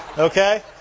Okay